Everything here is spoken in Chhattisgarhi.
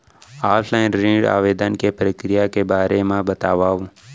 ऑफलाइन ऋण आवेदन के प्रक्रिया के बारे म बतावव?